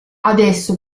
adesso